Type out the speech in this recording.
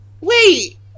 Wait